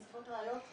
נאספות ראיות.